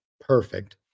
perfect